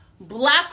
black